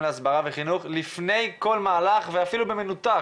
להסברה וחינוך לפני כל מהלך ואפילו במנותק,